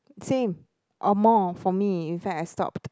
same amount for me in fact I stopped